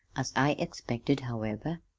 as i expected, however,